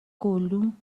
گلدون